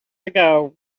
ago